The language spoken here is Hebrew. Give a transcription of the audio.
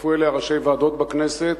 והצטרפו אליה ראשי ועדות בכנסת,